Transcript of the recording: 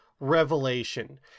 Revelation